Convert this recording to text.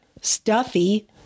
stuffy